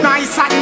Nice